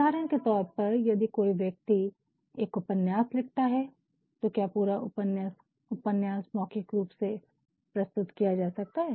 उदाहरण के तौर पर यदि कोई व्यक्ति एक उपन्यास लिखता है तो क्या पूरा उपन्यास मौखिक रूप से प्रस्तुत किया जा सकता है